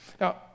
now